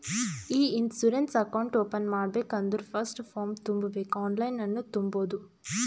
E insurance account open ಮಾಡ್ಬೇಕ ಅಂದುರ್ first form ತುಂಬಬೇಕ್ ಆನ್ಲೈನನ್ನು ತುಂಬೋದು